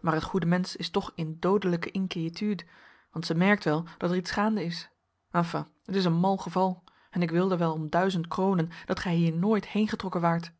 maar het goede mensch is toch in doodelijke inquiétude want zij merkt wel dat er iets gaande is enfin het is een mal geval en ik wilde wel om duizend kronen dat gij hier nooit heengetrokken waart